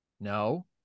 No